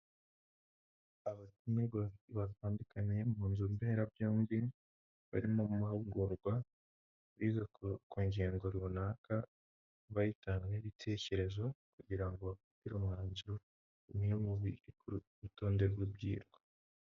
Abatumirwa batandukanye mu nzu mberabyombi bari mu mahugurwa biga ku ngingo runaka, bayitangaho ibitekerezo kugira ngo bafatire umwanzuro bimwe mu biri ku rutonde rw'ibyigwa.